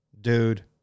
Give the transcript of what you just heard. dude